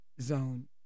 zone